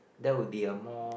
that would be a more